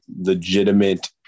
legitimate